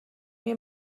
mir